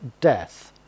death